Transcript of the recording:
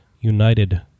united